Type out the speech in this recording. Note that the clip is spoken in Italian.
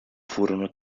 furono